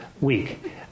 week